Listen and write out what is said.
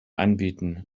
anbieten